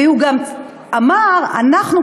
והוא גם אמר: אנחנו,